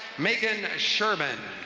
megan scherrman.